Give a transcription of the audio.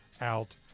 out